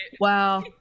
Wow